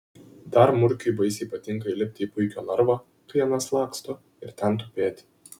dar murkiui baisiai patinka įlipti į puikio narvą kai anas laksto ir ten tupėti